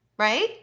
right